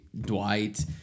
Dwight